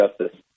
justice